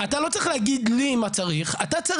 אתה לא צריך להגיד לי מה צריך,